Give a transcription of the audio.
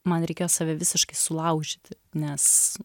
man reikėjo save visiškai sulaužyti nes